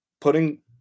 putting